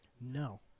No